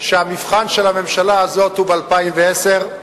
שהמבחן של הממשלה הזאת ב-2010 הוא